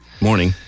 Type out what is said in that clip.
Morning